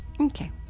Okay